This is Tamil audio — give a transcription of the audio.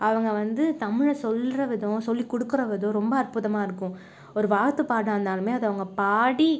அவங்க வந்து தமிழை சொல்கிறவிதம் சொல்லி கொடுக்குற விதம் ரொம்ப அற்புதமாகருக்கும் ஒரு வாழ்த்து பாட வந்தாலுமே அதை அவங்க பாடி